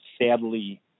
sadly